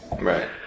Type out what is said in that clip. Right